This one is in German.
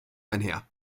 einher